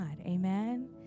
Amen